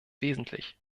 wesentlich